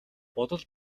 бодол